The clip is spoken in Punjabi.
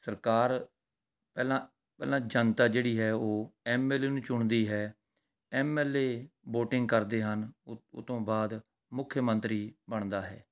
ਸਰਕਾਰ ਪਹਿਲਾਂ ਪਹਿਲਾਂ ਜਨਤਾ ਜਿਹੜੀ ਹੈ ਉਹ ਐੱਮ ਐੱਲ ਏ ਨੂੰ ਚੁਣਦੀ ਹੈ ਐੱਮ ਐੱਲ ਏ ਵੋਟਿੰਗ ਕਰਦੇ ਹਨ ਉਹ ਉਹ ਤੋਂ ਬਾਅਦ ਮੁੱਖ ਮੰਤਰੀ ਬਣਦਾ ਹੈ